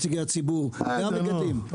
נציגי הציבור והמגדלים.